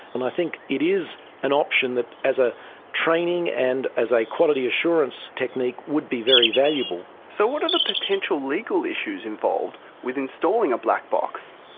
and i think it is an option that as a training and as a quality assurance technique would be very valuable. so what are the potential legal issues involved with installing a black box?